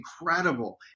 incredible